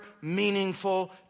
meaningful